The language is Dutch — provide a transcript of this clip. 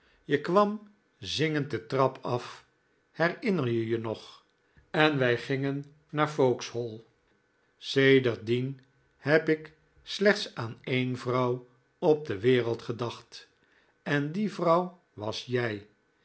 je kwam zingend de trap af herinner je je nog en wij gingen naar vauxhall sedert dien heb ik slechts aan een vrouw op de wereld gedacht en die vrouw was jij